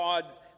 gods